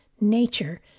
nature